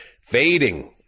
Fading